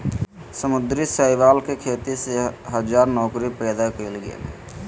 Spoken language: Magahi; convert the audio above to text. समुद्री शैवाल के खेती से हजार नौकरी पैदा कइल गेल हइ